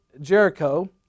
Jericho